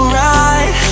right